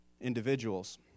individuals